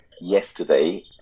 Yesterday